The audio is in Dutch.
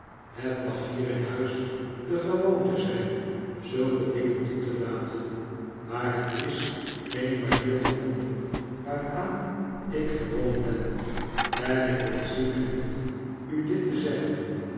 het mag hier in huis de gewoonte zijn zulke dingen toe te laten maar het is geen manier van doen waaraan ik gewoon ben en ik ontzie mij niet u dit te zeggen